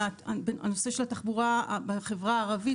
נושא התחבורה הציבורית בחברה הערבית,